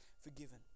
forgiven